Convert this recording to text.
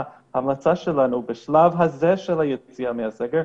ההמלצה שלנו בשלב הזה של היציאה מהסגר,